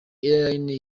airlines